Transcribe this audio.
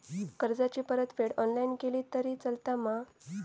कर्जाची परतफेड ऑनलाइन केली तरी चलता मा?